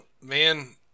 Man